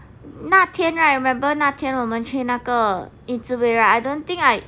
那天 right remember 那天我们去那个忆滋味 right I don't think I